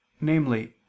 namely